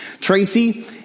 Tracy